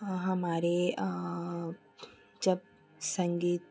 हमारे जब संगीत